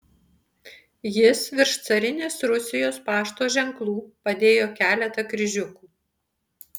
jis virš carinės rusijos pašto ženklų padėjo keletą kryžiukų